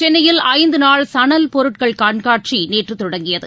சென்னையில் ஐந்து நாள் சணல் பொருட்கள் கண்காட்சி நேற்று தொடங்கியது